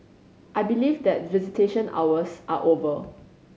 I believe that visitation hours are over